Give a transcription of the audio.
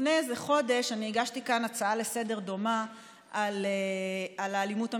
לפני איזה חודש אני הגשתי כאן הצעה דומה לסדר-היום על האלימות המשטרתית.